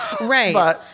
Right